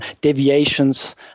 deviations